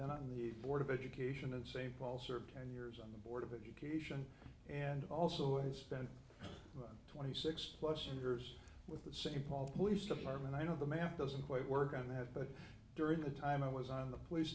been on the board of education in st paul served ten years on the board of education and also i spent twenty six plus years with the same paul police department i know the math doesn't quite work on that but during the time i was on the police